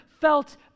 felt